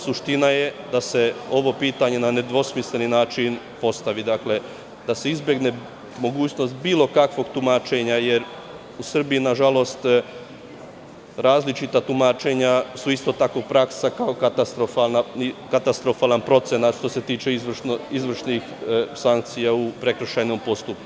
Suština je da se ovo pitanje na nedvosmisleni način postavi, dakle, da se izbegne mogućnost bilo kakvog tumačenja, jer u Srbiji, nažalost, različita tumačenja su isto tako praksa, kao katastrofalna procena što se tiče izvršnih sankcija u prekršajnom postupku.